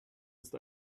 ist